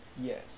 Yes